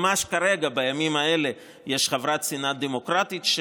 ממש בימים האלה יש חברת סנאט דמוקרטית,